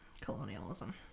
Colonialism